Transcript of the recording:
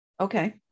Okay